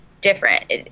different